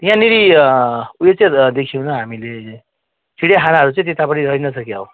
त्यहाँनेरि उयो चाहिँ देखेनौँ हामीले चिडियाखानाहरू चाहिँ त्यतापटि रहेन छ क्या हो